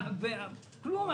וכלום,